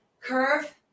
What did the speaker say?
curve